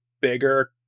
bigger